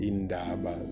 Indaba